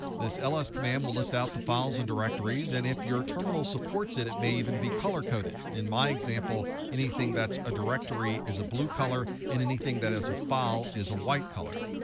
this ls command will list out the files and directories, and if your terminal supports it, it may even be color coded. in my example, anything that's a directory is a blue color and anything that is a file is a white color.